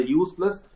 useless